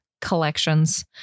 collections